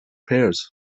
pairs